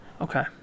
Okay